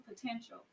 potential